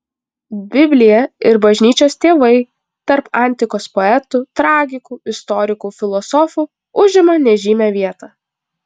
biblija ir bažnyčios tėvai tarp antikos poetų tragikų istorikų filosofų užima nežymią vietą